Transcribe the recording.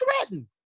threatened